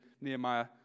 Nehemiah